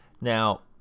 Now